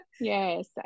Yes